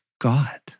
God